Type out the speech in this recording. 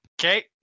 Okay